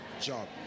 job